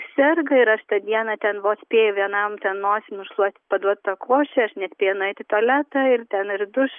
serga ir aš tą dieną ten vos spėju vienam ten nosį nušluostyt paduot tą košę aš nespėju nueit į tualetą ir ten duš